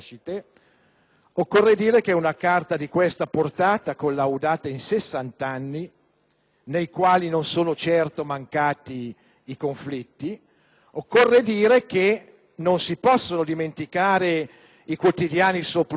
occorre dire che dinanzi a una carta di questa portata, collaudata in 60 anni, nei quali non sono certo mancati i conflitti, non si possono certo dimenticare i quotidiani soprusi